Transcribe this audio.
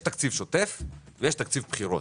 יש תקציב שוטף ויש תקציב בחירות